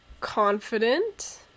Confident